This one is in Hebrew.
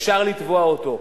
אפשר לתבוע אותו.